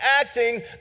acting